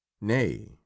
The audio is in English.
nay